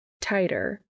tighter